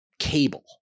cable